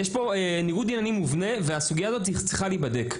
יש פה ניגוד עניינים מובנה והסוגיה הזאת צריכה להיבדק.